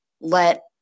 let